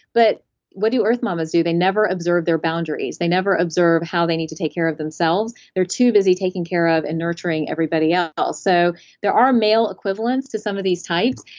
but what do earth mama's do? they never observe their boundaries. they never observe how they need to take care of themselves. they're too busy taking care of and nurturing everybody ah else there are male equivalents to some of these types,